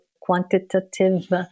quantitative